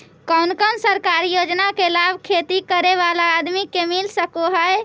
कोन कोन सरकारी योजना के लाभ खेती करे बाला आदमी के मिल सके हे?